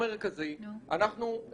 תצהיר מאת היצרן או היבואן שבו יצהיר כי המידע